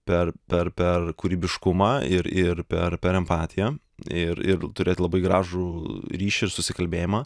per per per kūrybiškumą ir ir per per empatiją ir ir turėt labai gražų ryšį ir susikalbėjimą